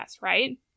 right